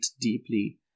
deeply